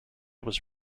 was